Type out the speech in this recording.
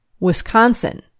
Wisconsin